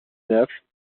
naples